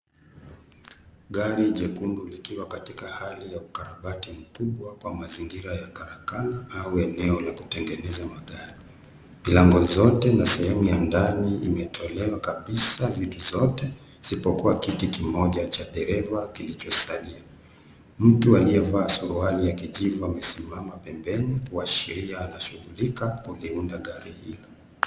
Gari jekundu likiwa katika hali ya ukarabati kubwa kwa mazingira ya karakana au eneo la kutengeneza magari. Milango zote na sehemu ya ndani imetolewa kabisa vitu zote isipokuwa kiti kimoja cha dereva kilichosalia. Mtu aliyevaa suruali ya kijivu amesimama pembeni kuashiria anashughulika kuliunda gari.